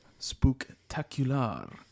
spooktacular